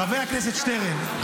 חבר הכנסת שטרן,